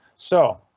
so.